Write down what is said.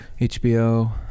HBO